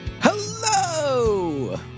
Hello